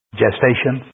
gestation